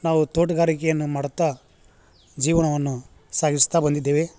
ನಾವು ತೋಟಗಾರಿಕೆಯನ್ನು ಮಾಡುತ್ತಾ ಜೀವನವನ್ನು ಸಾಗಿಸುಸ್ತಾ ಬಂದಿದ್ದೇವೆ